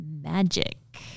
magic